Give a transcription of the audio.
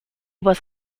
was